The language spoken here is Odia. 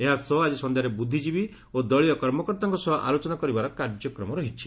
ଏହାସହ ଆଜି ସଂଧାରେ ବୁଦ୍ଧିଜୀବୀ ଓ ଦଳୀୟ କର୍ମକର୍ତ୍ତାଙ୍କ ସହ ଆଲୋଚନା କରିବାର କାର୍ଯ୍ୟକ୍ରମ ରହିଛି